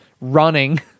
Running